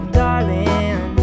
darling